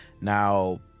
now